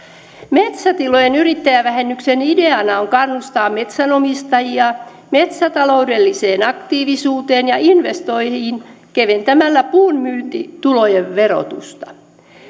metsätilojen yrittäjävähennyksen ideana on kannustaa metsänomistajia metsätaloudelliseen aktiivisuuteen ja investointiin keventämällä puun myyntitulojen verotusta